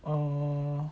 err